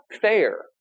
fair